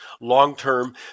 long-term